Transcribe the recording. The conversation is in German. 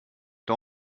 mal